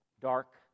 dark